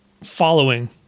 following